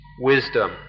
wisdom